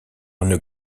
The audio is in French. une